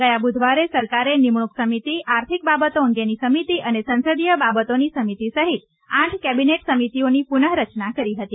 ગયા બુધવારે સરકારે નિમણૂંક સમિતિ આર્થિક બાબતો અંગેની સમિતિ અને સંસદીય બાબતોની સમિતિ સહિત આઠ કેબિનેટ સમિતિઓની ્પનઃ રચના કરી હતી